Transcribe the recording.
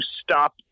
stop